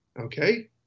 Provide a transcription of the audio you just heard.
Okay